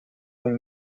une